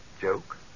joke